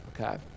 Okay